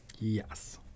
Yes